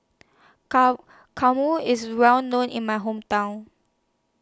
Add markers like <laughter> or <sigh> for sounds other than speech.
<unintelligible> Kurma IS Well known in My Hometown